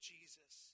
Jesus